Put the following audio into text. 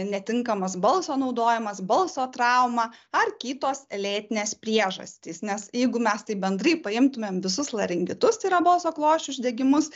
netinkamas balso naudojimas balso trauma ar kitos lėtinės priežastys nes jeigu mes taip bendrai paimtumėm visus laringitus tai yra balso klosčių uždegimus